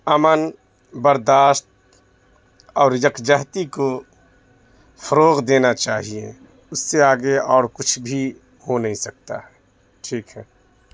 امن برداشت اور یکجہتی کو فروغ دینا چاہیے اس سے آگے اور کچھ بھی ہو نہیں سکتا ہے ٹھیک ہے